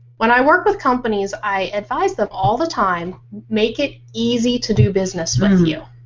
when i work with companies, i advise them all the time make it easy to do business with you.